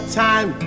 time